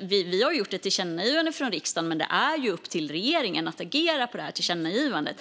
Vi har riktat ett tillkännagivande från riksdagen, men det är upp till regeringen att agera på det tillkännagivandet.